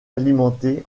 alimentée